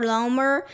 Lomer